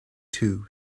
too